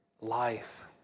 Life